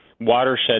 watershed